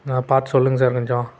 ஆ பார்த்து சொல்லுங்க சார் கொஞ்சம்